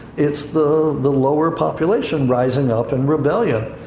it's the, the lower population rising up in rebellion.